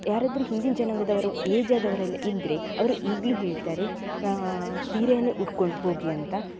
ಯಾರಾದರೂ ಹಿಂದಿನ ಜನಾಂಗದವರು ಏಜ್ ಆದವರೆಲ್ಲ ಇದ್ದರೆ ಅವರು ಈಗಲೂ ಹೇಳ್ತಾರೆ ಸೀರೆಯನ್ನೇ ಉಟ್ಕೊಂಡು ಹೋಗಿ ಅಂತ